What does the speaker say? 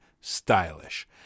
Stylish